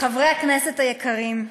חברי הכנסת היקרים,